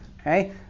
okay